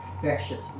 precious